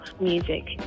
music